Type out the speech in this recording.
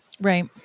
Right